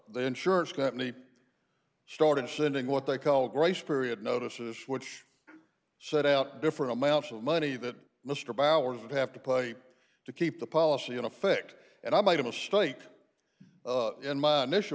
the insurance company started sending what they call grace period notices which set out different amounts of money that mr baez would have to play to keep the policy in effect and i made a mistake in my initial